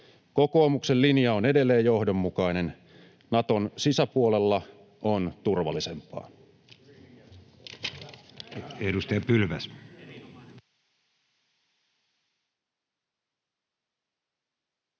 Kokoomuksen linja on edelleen johdonmukainen: Naton sisäpuolella on turvallisempaa.